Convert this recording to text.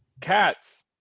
Cats